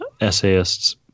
essayists